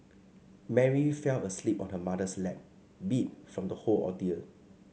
Mary fell asleep on her mother's lap beat from the whole ordeal